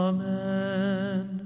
Amen